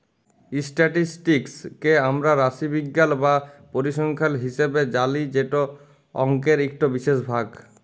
statistics কে আমরা রাশিবিজ্ঞাল বা পরিসংখ্যাল হিসাবে জালি যেট অংকের ইকট বিশেষ ভাগ